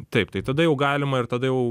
taip tai tada jau galima ir tada jau